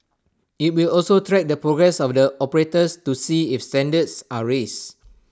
IT will also track the progress of the operators to see if standards are raised